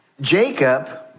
Jacob